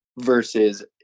versus